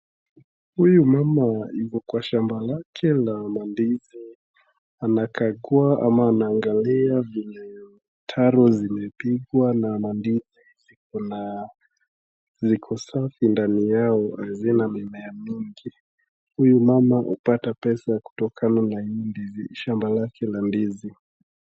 Huyu mama yupo kwa shamba lake la mandizi. Anakagua ama anaangalia vile mitaro zimepigwa na mandizi ziko na ziko safi ndani yao hazina mimea mingi. Huyu mama hupata pesa kutokana na hii shamba lake la ndizi.